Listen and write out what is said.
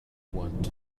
want